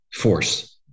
force